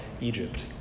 Egypt